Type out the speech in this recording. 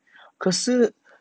可是